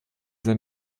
sein